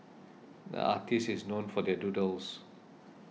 the artist is known for their doodles